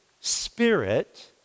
spirit